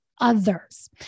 others